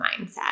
mindset